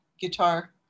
Guitar